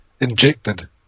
injected